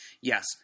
yes